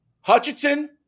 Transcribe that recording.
Hutchinson